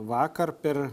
vakar per